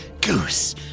goose